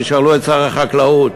תשאלו את שר החקלאות.